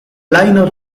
liner